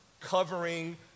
covering